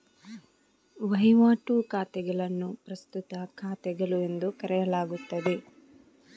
ವಹಿವಾಟು ಖಾತೆಗಳನ್ನು ಪ್ರಸ್ತುತ ಖಾತೆಗಳು ಎಂದು ಕರೆಯಲಾಗುತ್ತದೆ